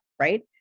Right